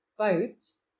boats